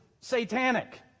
satanic